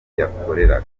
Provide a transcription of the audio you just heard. yakoreraga